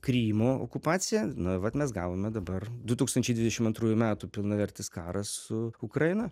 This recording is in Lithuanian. krymo okupaciją nu vat mes gavome dabar du tūkstančiai dvidešim antrųjų metų pilnavertis karas su ukraina